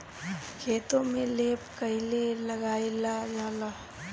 खेतो में लेप कईसे लगाई ल जाला?